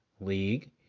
League